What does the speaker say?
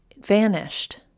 vanished